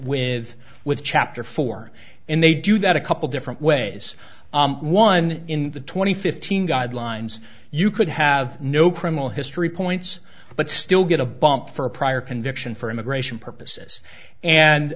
with with chapter four and they do that a couple different ways one in the twenty fifteen guidelines you could have no criminal history points but still get a bump for a prior conviction for immigration purposes and